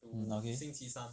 mm okay